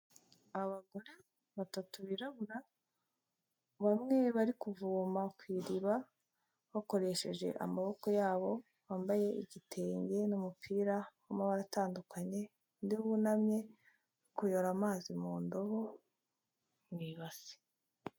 Abagore batatu birabura bamwe bari kuvoma ku iriba bakoresheje amaboko yabo wambaye igitenge n'umupira w'amabara atandukanye, undi wunamye ari kuyora amazi mu ndobo mu ibasi.